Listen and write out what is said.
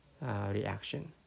reaction